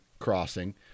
Crossing